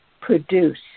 produce